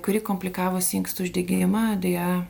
kuri komplikavosi į inkstų uždegimą deja